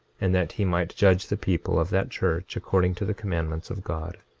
and that he might judge the people of that church according to the commandments of god.